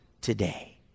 today